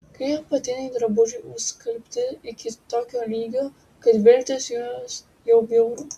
kai apatiniai drabužiai užskalbti iki tokio lygio kad vilktis juos jau bjauru